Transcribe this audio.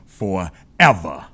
forever